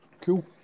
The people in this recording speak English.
Cool